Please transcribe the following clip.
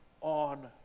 on